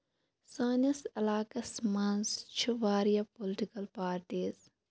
سٲنِس علاقَس منٛز چھِ واریاہ پُلٹِکَل پارٹیٖز